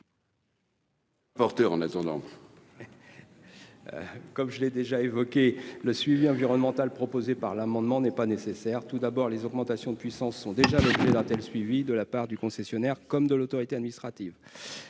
Comme je l'ai déjà évoqué le suivi environnemental proposé par l'amendement n'est pas nécessaire tout d'abord, les augmentations de puissance sont déjà de plus d'un tel, suivie de la part du concessionnaire comme de l'autorité administrative